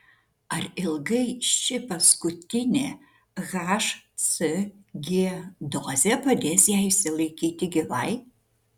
ar ilgai ši paskutinė hcg dozė padės jai išsilaikyti gyvai